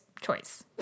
choice